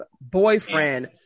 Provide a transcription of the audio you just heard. boyfriend